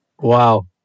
Wow